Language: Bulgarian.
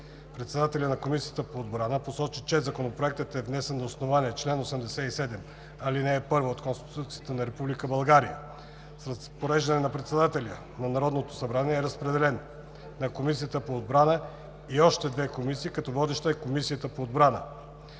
Председателят на Комисията по отбрана Константин Попов посочи, че Законопроектът е внесен на основание чл. 87, ал. 1 от Конституцията на Република България. С разпореждане на председателя на Народното събрание е разпределен на Комисията по отбрана и още две комисии, като водеща е Комисията по отбрана.